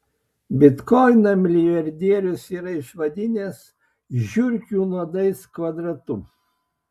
bitkoiną milijardierius yra išvadinęs žiurkių nuodais kvadratu